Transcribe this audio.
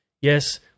Yes